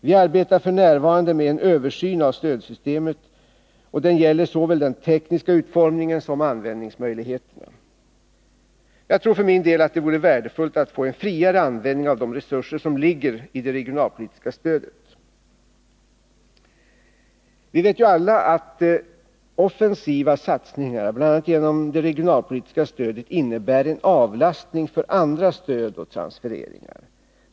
Vi arbetar f. n. med en översyn av stödsystemet, och den gäller såväl den tekniska utformningen som användningsmöjligheterna. Jag tror för egen del att det vore värdefullt att få en friare användning av de resurser som ligger i det regionalpolitiska stödet. Vi vet ju alla att offensiva satsningar, bl.a. genom det regionalpolitiska stödet, innebär en avlastning för andra stöd och transfereringar.